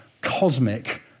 cosmic